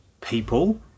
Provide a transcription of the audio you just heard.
people